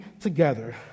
together